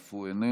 אף הוא איננו,